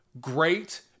great